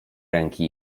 ręki